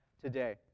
today